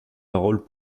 paroles